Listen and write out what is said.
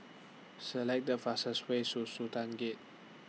Select The fastest Way Su Sultan Gate